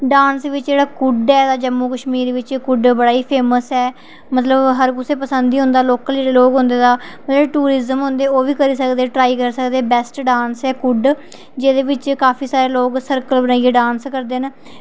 dance बी जेह्ड़ा कुड्ड ऐ जम्मू कश्मीर बिच कुड्ड बड़ा फेमस ऐ मतलब हर कुसै गी पसंद औंदा लोकल जेह्के लोग होंदे तां जेह्के होंदे ओह्बी ट्राई करी सकदे बेस्ट डांस ऐ कुड्ड जेह्दे बिच काफी सारे लोग सर्किल बनाइयै डांस करदे